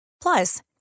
Plus